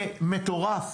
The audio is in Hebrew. זה מטורף.